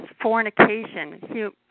fornication